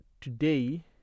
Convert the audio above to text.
today